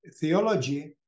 Theology